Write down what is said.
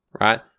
right